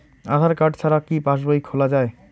আধার card ছাড়া কি passbook খোলা যায়?